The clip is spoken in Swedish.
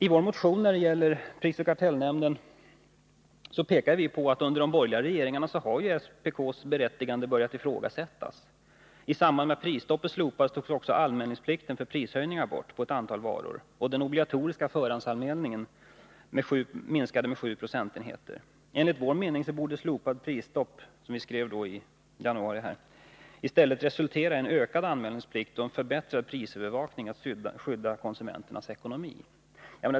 I vår motion när det gäller prisoch kartellnämnden pekar vi på att man under de borgerliga regeringarna har börjat ifrågasätta SPK:s berättigande. I samband med att prisstoppet slopades togs också anmälningsplikten beträffande prishöjningar bort på ett antal varor, och den obligatoriska förhandsanmälningen minskade med 7 procentenheter. Enligt vår mening borde det slopade prisstoppet, som vi skrev i vår motion i januari, i stället resultera i ökad anmälningsplikt och förbättrad prisövervakning för att man skall kunna skydda konsumenternas ekonomi.